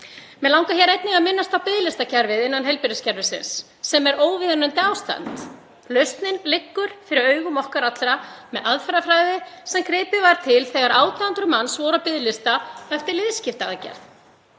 Mig langar einnig að minnast á biðlistakerfið innan heilbrigðiskerfisins en þar er óviðunandi ástand. Lausnin liggur fyrir augum okkar allra með aðferðafræði sem gripið var til þegar 1.800 manns voru á biðlista eftir liðskiptaaðgerð.